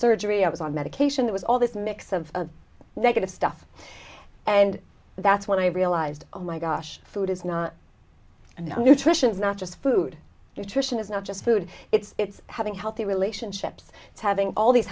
surgery i was on medication it was all this mix of negative stuff and that's when i realized oh my gosh food is not and nutrition is not just food nutrition is not just food it's having healthy relationships it's having all these